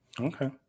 Okay